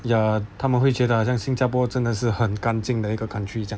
ya 他们会觉得好像新加坡真的是很干净的一个 country 这样